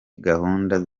gahunda